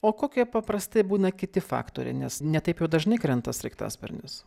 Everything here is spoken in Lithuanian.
o kokie paprastai būna kiti faktoriai nes ne taip jau dažnai krenta sraigtasparnis